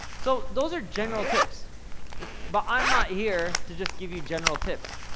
so those are general tips but i'm not here to just give you general tips.